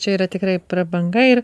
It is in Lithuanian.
čia yra tikrai prabanga ir